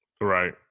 Right